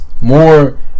More